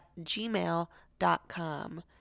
gmail.com